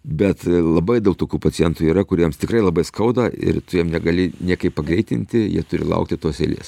bet labai daug tokių pacientų yra kuriems tikrai labai skauda ir jiem negali niekaip pagreitinti jie turi laukti tos eilės